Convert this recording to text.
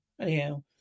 Anyhow